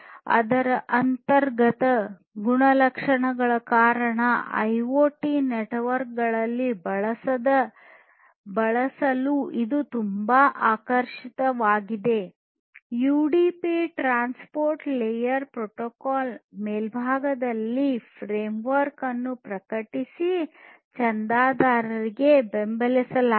ಅದರ ಅಂತರ್ಗತ ಗುಣಲಕ್ಷಣಗಳ ಕಾರಣ ಐಒಟಿ ನೆಟ್ವರ್ಕ್ಗಳಲ್ಲಿ ಬಳಸಲು ಇದು ತುಂಬಾ ಆಕರ್ಷಕವಾಗಿದೆ ಯುಡಿಪಿ ಟ್ರಾನ್ಸ್ಪೋಟ ಲೇಯರ್ ಪ್ರೋಟೋಕಾಲ್ನ ಮೇಲ್ಭಾಗದಲ್ಲಿ ಫ್ರೇಮ್ವರ್ಕ್ ಅನ್ನು ಪ್ರಕಟಿಸಿ ಚಂದಾದಾರರಾಗಿ ಬೆಂಬಲಿತವಾಗಿದೆ